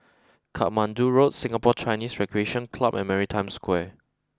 Katmandu Road Singapore Chinese Recreation Club and Maritime Square